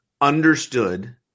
understood